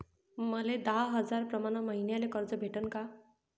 मले दहा हजार प्रमाण मईन्याले कर्ज भेटन का?